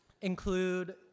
include